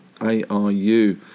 ARU